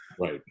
Right